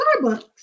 Starbucks